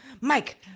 Mike